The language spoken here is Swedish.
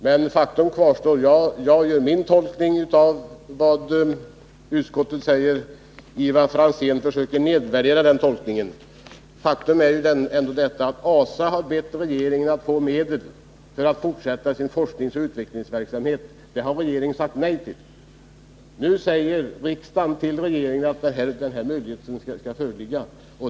Men faktum kvarstår att jag har min tolkning av vad utskottet anför och att Ivar Franzén försöker nedvärdera den tolkningen. ASA har bett regeringen att få medel för att kunna fortsätta sin forskningsoch utvecklingsverksamhet, men regeringen har sagt nej. Nu säger riksdagen till regeringen att den möjligheten skall föreligga.